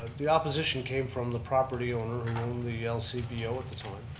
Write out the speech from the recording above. the opposition came from the property owner who the lcpo at the time,